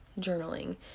journaling